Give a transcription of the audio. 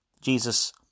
Jesus